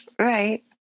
Right